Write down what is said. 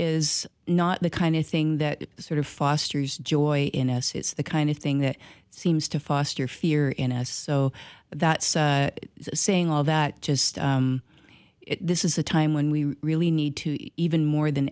is not the kind of thing that sort of fosters joy iness the kind of thing that seems to foster fear in as so that's saying all that just this is a time when we really need to even more than